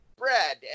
bread